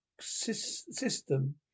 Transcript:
system